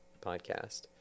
podcast